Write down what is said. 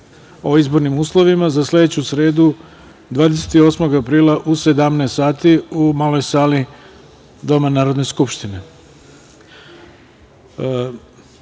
o izbornim uslovima za sledeću sredu, 28. aprila u 17.00 sati u Maloj sali Doma Narodne skupštine. Tu